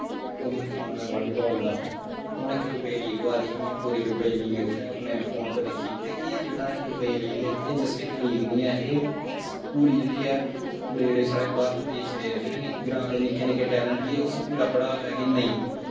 ओह् दिक्खना होना बाली बाल दा हून इक रूपे लीग आदी ही में पूरी रूपे लीग उत्थै अपने फोन पर दिक्खी ते एह् जेह्ड़ा रूपे लीग नी ऐ एह् पूरी जेह्ड़ी ऐ पूरे साढ़े जेह्ड़े भारत देश दे ग्रांऽ दे निक्के निक्के टैलैंट गी पूरा बड़ा ऐ कि नेईं